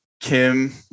Kim